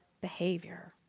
behavior